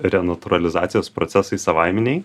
renatūralizacijos procesai savaiminiai